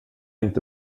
inte